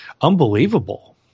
unbelievable